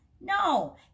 No